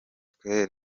twe